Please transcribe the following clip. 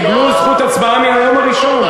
קיבלו זכות הצבעה מן היום הראשון.